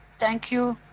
thank you.